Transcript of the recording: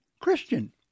Christian